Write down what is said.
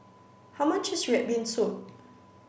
how much is Red Bean Soup